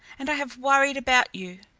and i have worried about you.